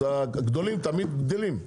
אז הגדולים תמיד גדלים,